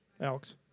Alex